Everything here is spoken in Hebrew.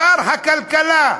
שר הכלכלה,